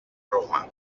roma